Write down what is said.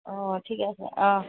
অঁ ঠিকে আছে অঁ